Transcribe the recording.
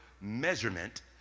measurement